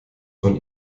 von